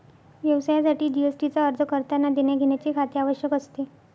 व्यवसायासाठी जी.एस.टी चा अर्ज करतांना देण्याघेण्याचे खाते आवश्यक असते